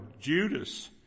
Judas